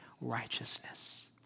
righteousness